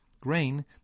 grain